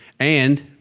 and